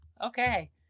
okay